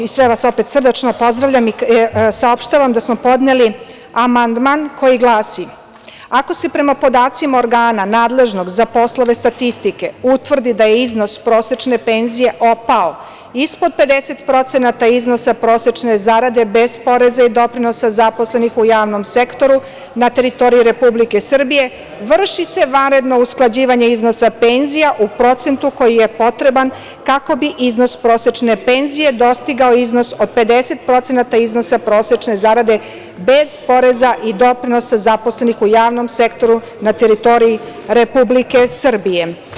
Sve vas opet srdačno pozdravljam i saopštavam da smo podneli amandman koji glasi – ako se prema podacima organa nadležnog za poslove statistike utvrdi da je iznos prosečne penzije opao ispod 50% iznosa prosečne zarade bez poreza i doprinosa zaposlenih u javnom sektoru na teritoriji Republike Srbije, vrši se vanredno usklađivanje iznosa penzija u procentu koji je potreban kako bi iznos prosečne penzije dostigao iznos od 50% iznosa prosečne zarade bez poreza i doprinosa zaposlenih u javnom sektoru na teritoriji Republike Srbije.